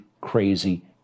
crazy